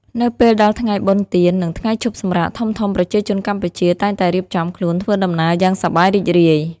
នៅពេលដល់ថ្ងៃបុណ្យទាន និងថ្ងៃឈប់សម្រាកធំៗ ប្រជាជនកម្ពុជាតែងតែរៀបចំខ្លួនធ្វើដំណើរយ៉ាងសប្បាយរីករាយ។